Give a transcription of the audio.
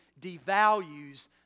devalues